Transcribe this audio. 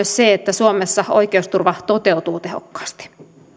se että suomessa oikeusturva toteutuu tehokkaasti